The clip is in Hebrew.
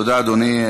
תודה, אדוני.